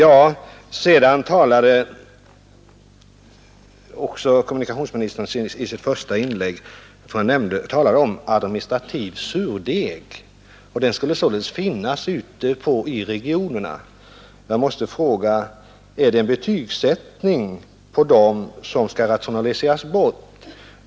Vidare talade kommunikationsministern i sitt första inlägg om en administrativ surdeg som skulle finnas ute i regionerna. Jag måste fråga: Är det en betygsättning av dem som skall rationaliseras bort?